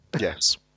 Yes